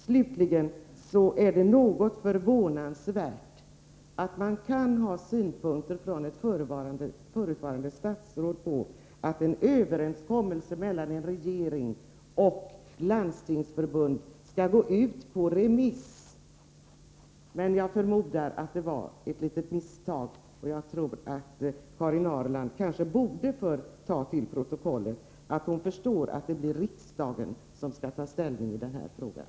Slutligen är det något förvånansvärt att man får höra synpunkter från ett förutvarande statsråd om att en överenskommelse mellan en regering och Landstingsförbundet skall gå ut på remiss. Men jag förmodar att det var ett litet misstag. Karin Ahrland borde kanske låta ta till protokollet att hon förstår att det blir riksdagen som skall ta ställning i den här frågan.